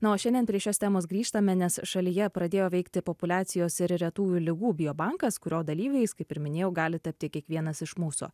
na o šiandien prie šios temos grįžtame nes šalyje pradėjo veikti populiacijos ir retųjų ligų biobankas kurio dalyviais kaip ir minėjau gali tapti kiekvienas iš mūsų